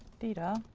data.